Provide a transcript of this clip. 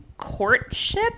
courtship